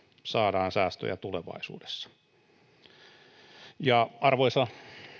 saadaan säästöjä tulevaisuudessa arvoisa